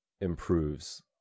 improves